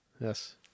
Yes